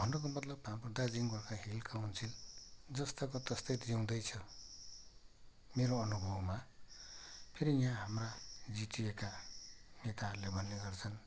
भन्नुको मतलब हाम्रो दार्जिलिङ गोर्खा हिल काउन्सिल जस्ताको तस्तै जिउँदै छ मेरो अनुभावमा फेरि यहाँ हाम्रा जिटिएका नेताहरूले भन्ने गर्छन्